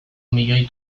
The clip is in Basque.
milioi